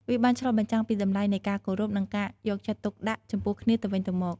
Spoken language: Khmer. វាបានឆ្លុះបញ្ចាំងពីតម្លៃនៃការគោរព និងការយកចិត្តទុកដាក់ចំពោះគ្នាទៅវិញទៅមក។